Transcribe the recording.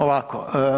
Ovako.